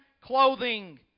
clothing